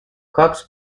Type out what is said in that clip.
cox